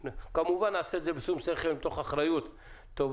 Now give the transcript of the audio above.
כמובן נעשה את זה בשום שכל ותוך אחריות טובה.